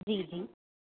जी जी